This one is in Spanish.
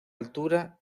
altura